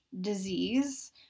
disease